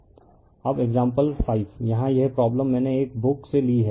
refer slide time 2225 अब example 5 यहाँ यह प्रॉब्लम मैंने एक बुक से ली है